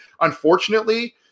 unfortunately